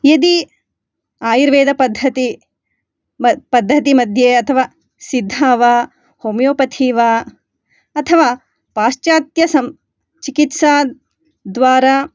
यदि आयुर्वेदपद्धति पद्धतिमध्ये अथवा सिद्धा वा होमियोपथि वा अथवा पाश्चात्य सं चिकित्साद्वारा